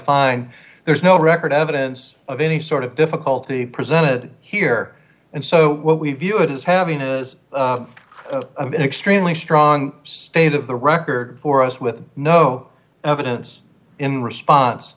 find there's no record evidence of any sort of difficulty presented here and so we view it as having it as an extremely strong state of the record for us with no evidence in response